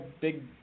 big